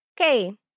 Okay